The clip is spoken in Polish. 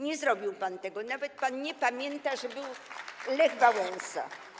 Nie zrobił pan tego, nawet pan nie pamięta, że był Lech Wałęsa.